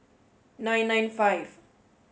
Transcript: nine nine five